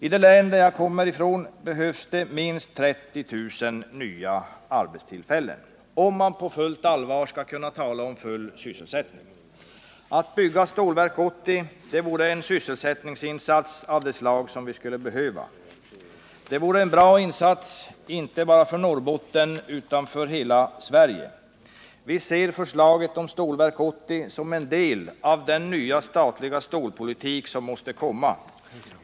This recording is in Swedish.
I det län jag kommer ifrån behövs minst 30 000 nya arbetstillfällen, om man på fullt allvar skall kunna tala om full sysselsättning. Att bygga Stålverk 80 vore en sysselsättningsinsats av det slag som vi skulle behöva. Det vore en bra insats — inte bara för Norrbotten utan för hela Sverige. Vi ser förslaget om Stålverk 80 som en del av den nya statliga stålpolitik som måste komma.